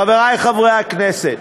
חברי חברי הכנסת,